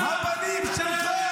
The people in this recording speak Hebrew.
הבנים שלך,